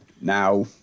now